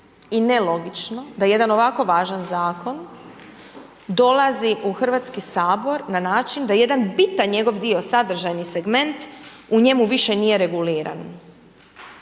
i nelogično da jedan ovako važan zakon, dolazi u Hrvatski sabor na način da jedan bitan njegov dio, sadržajni segment u njemu više nije reguliran.